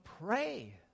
pray